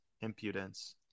impudence